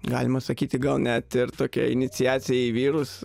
galima sakyti gal net ir tokia iniciacija į vyrus